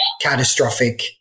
catastrophic